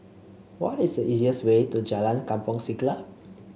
what is the easiest way to Jalan Kampong Siglap